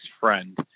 friend